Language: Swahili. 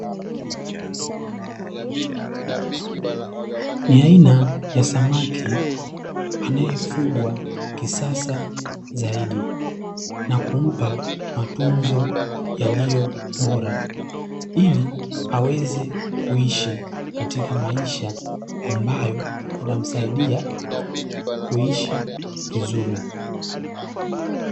Ni aina ya samaki anayefugwa kisasa zaidi, na kumpa matunzo yaliyo bora ili aweze kuishi katika maisha ambayo yatamsaidia kuishi vizuri.